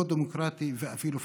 לא דמוקרטי ואפילו פשיסטי.